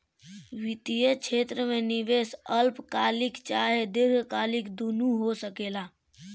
वित्तीय क्षेत्र में निवेश अल्पकालिक चाहे दीर्घकालिक दुनु हो सकेला